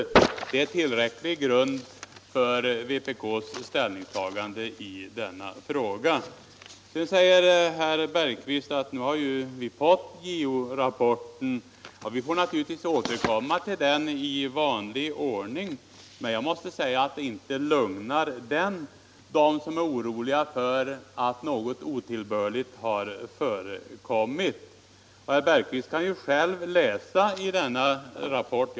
Detta förhållande är tillräcklig grund för vpk:s ställningstagande i frågan. Herr Bergqvist säger att vi har fått JO-rapporten. Vi får naturligtvis återkomma till den i vanlig ordning. Men jag måste säga att inte lugnar den dem som är oroliga för att något otillbörligt har förekommit. Herr Bergqvist kan själv läsa i rapporten.